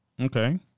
Okay